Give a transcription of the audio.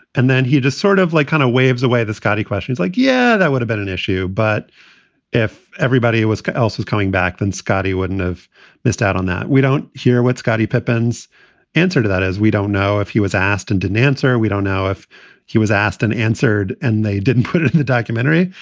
and then he just sort of like kind of waves away. the scotty question is like, yeah, i would've been an issue, but if everybody who was else is coming back, then scotty wouldn't have missed out on that. we don't hear what scotty pepin's answer to that, as we don't know if he was asked and didn't answer. we don't know if he was asked and answered and they didn't put it in the documentary,